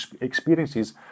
experiences